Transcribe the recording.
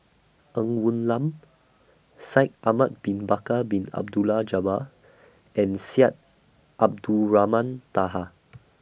Ng Woon Lam Shaikh Ahmad Bin Bakar Bin Abdullah Jabbar and Syed Abdulrahman Taha